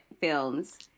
films